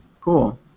cool